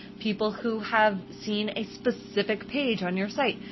people who have seen a specific page on your site,